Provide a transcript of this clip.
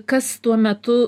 kas tuo metu